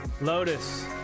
lotus